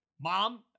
Mom